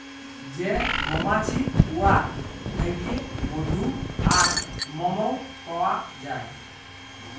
যে মমাছি উয়ার থ্যাইকে মধু আর মমও পাউয়া যায়